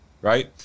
Right